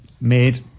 made